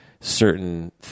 certain